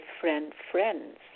friend-friends